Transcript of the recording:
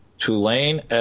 Tulane